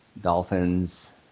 Dolphins